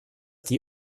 die